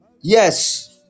Yes